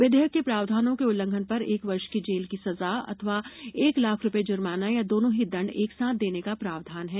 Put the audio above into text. विधेयक के प्रावधानों के उल्लंघन पर एक वर्ष की जेल की सजा अथवा एक लाख रुपए जुर्माना या दोनों ही दंड एक साथ देने का प्रावधान है